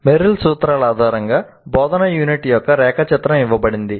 Merrill సూత్రాల ఆధారంగా బోధనా యూనిట్ యొక్క రేఖాచిత్రం ఇవ్వబడింది